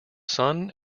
son